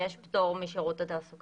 לשלושה חודשים ויש פטור משירות התעסוקה.